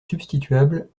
substituable